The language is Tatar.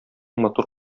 матур